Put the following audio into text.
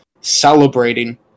celebrating